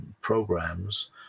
programs